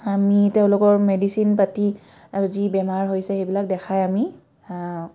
আমি তেওঁলোকৰ মেডিচিন পাতি যি বেমাৰ হৈছে সেইবিলাক দেখাই আমি